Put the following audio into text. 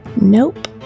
Nope